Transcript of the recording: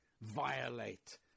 violate